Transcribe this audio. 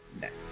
next